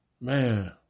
Man